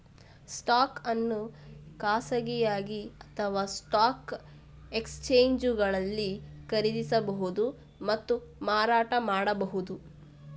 stock ಅನ್ನು ಖಾಸಗಿಯಾಗಿ ಅಥವಾಸ್ಟಾಕ್ ಎಕ್ಸ್ಚೇಂಜುಗಳಲ್ಲಿ ಖರೀದಿಸಬಹುದು ಮತ್ತು ಮಾರಾಟ ಮಾಡಬಹುದು